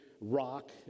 rock